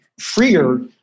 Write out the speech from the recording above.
freer